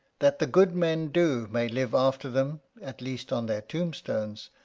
that the good men do may live after them, at least on their tombstones,